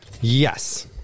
Yes